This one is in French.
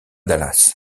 dallas